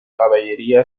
caballería